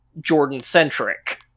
Jordan-centric